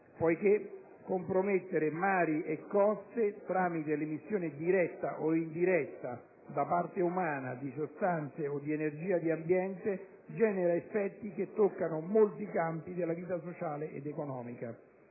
poiché compromettere mari e coste tramite l'emissione diretta o indiretta, da parte umana, di sostanze o di energia nell'ambiente genera effetti che toccano molti campi della vita sociale ed economica.